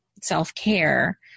self-care